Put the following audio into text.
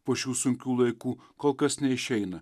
po šių sunkių laikų kol kas neišeina